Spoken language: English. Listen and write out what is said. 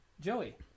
Joey